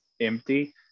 empty